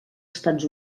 estats